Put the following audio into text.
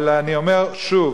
אבל אני אומר שוב: